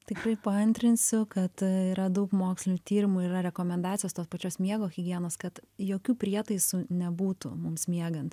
tikrai paantrinsiu kad yra daug mokslinių tyrimų ir yra rekomendacijos tos pačios miego higienos kad jokių prietaisų nebūtų mums miegant